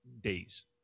days